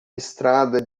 estrada